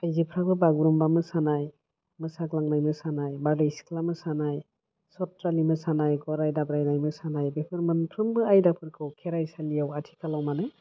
आइजोफ्राबो बागुरुम्बा मोसानाय मोसाग्लांनाय मोसानाय बारदै सिख्ला मोसानाय सत्रालि मोसानाय गराय दाब्रायनाय मोसानाय बेफोर मोनफ्रोमबो आयदाफोरखौ खेराइसालियाव आथिखालाव मानो